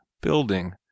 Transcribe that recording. building